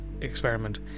experiment